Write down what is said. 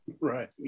Right